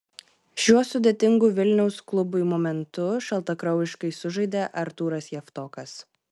šiuo sudėtingu vilniaus klubui momentu šaltakraujiškai sužaidė artūras javtokas